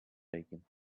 bacon